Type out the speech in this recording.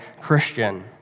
Christian